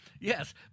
Yes